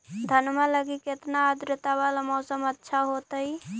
धनमा लगी केतना आद्रता वाला मौसम अच्छा होतई?